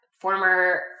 former